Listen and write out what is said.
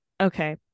Okay